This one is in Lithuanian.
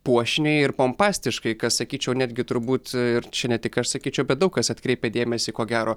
puošniai ir pompastiškai kas sakyčiau netgi turbūt ir čia ne tik aš sakyčiau bet daug kas atkreipė dėmesį ko gero